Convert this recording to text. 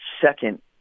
second